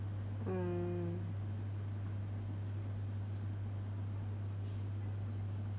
mm